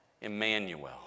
Emmanuel